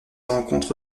rencontre